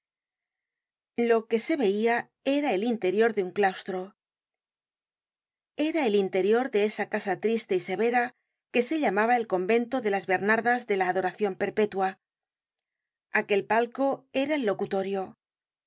lo que se veia era el interior de un claustro era el interior de esa casa triste y severa que se llamaba el conven to de las bernardas de la adoracion perpetua aquel palco era el locutorio la